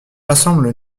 rassemble